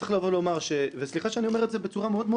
צריך לבוא ולומר וסליחה שאני אומר את זה בצורה מאוד-מאוד